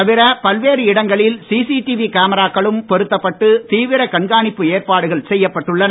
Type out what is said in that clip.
தவிர பல்வேறு இடங்களில் சிசிடிவி கேமராக்களும் பொருத்தப்பட்டு தீவிர கண்காணிப்பு ஏற்பாடுகள் செய்யப்பட்டுள்ளன